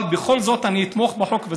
אבל בכל זאת, אני אתמוך בחוק.